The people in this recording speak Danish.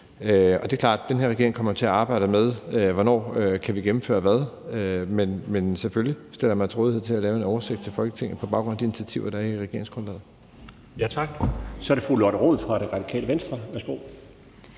og det er klart, at den her regering kommer til at arbejde på, hvornår vi kan gennemføre hvad. Men selvfølgelig stiller jeg mig til rådighed for at lave en oversigt til Folketinget på baggrund af de initiativer, der er i regeringsgrundlaget.